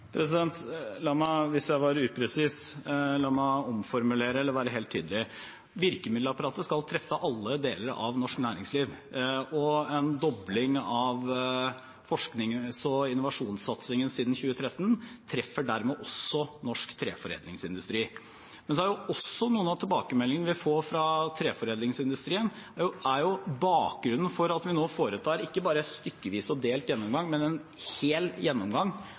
La meg – hvis jeg var upresis – omformulere eller være helt tydelig: Virkemiddelapparatet skal treffe alle deler av norsk næringsliv, og en dobling av forsknings- og innovasjonssatsingen siden 2013 treffer dermed også norsk treforedlingsindustri. Men noen av tilbakemeldingene vi får fra treforedlingsindustrien, er også bakgrunnen for at vi nå foretar ikke bare stykkevis og delt gjennomgang, men en hel gjennomgang